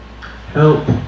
Help